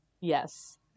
Yes